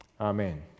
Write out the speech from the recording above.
Amen